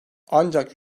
ancak